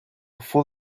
full